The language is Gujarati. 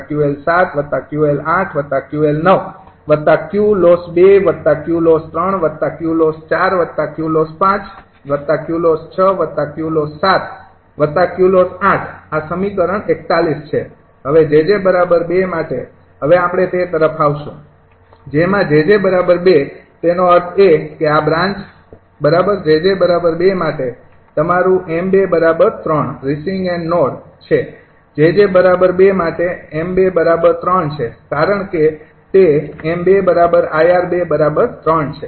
હવે 𝑗𝑗૨ માટે હવે આપણે તે તરફ આવશુ જેમાં 𝑗𝑗૨ તેનો અર્થ એ કે આ બ્રાન્ચ બરાબર 𝑗𝑗૨ માટે તમારુ 𝑚૨3 રિસીવિંગ એન્ડ નોડ તે છે 𝑗𝑗૨ માટે 𝑚૨3 છે કારણ કે તે 𝑚૨𝐼𝑅૨3 છે